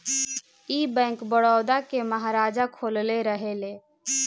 ई बैंक, बड़ौदा के महाराजा खोलले रहले